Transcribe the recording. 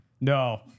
no